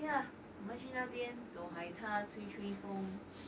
okay uh 我们去那边走海滩吹吹风